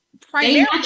primarily